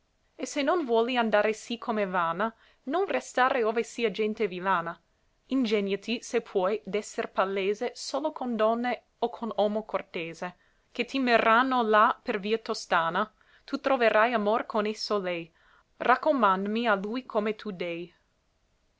e se non vuoli andar sì come vana non restare ove sia gente villana ingègnati se puoi d'esser palese solo con donne o con omo cortese che ti merranno là per via tostana tu troverai amor con esso lei raccomàndami a lui come tu dei